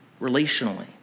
relationally